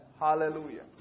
Hallelujah